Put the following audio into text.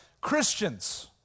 Christians